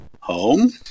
home